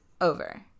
Over